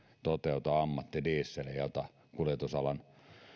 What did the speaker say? toteuta ammattidieseliä jota kuljetusalan